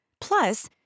Plus